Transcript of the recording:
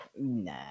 Nah